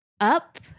up